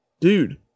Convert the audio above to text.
Dude